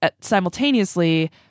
simultaneously